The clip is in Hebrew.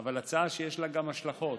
אבל הצעה שיש לה גם השלכות,